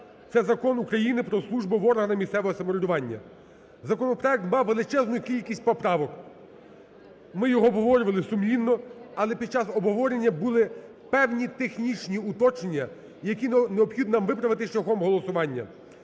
це Закон України "Про службу в органах місцевого самоврядування". Законопроект мав величезну кількість поправок. Ми його обговорювали сумлінно, але під час обговорення були певні технічні уточнення, які необхідно нам виправити шляхом голосування.